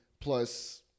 plus